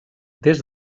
des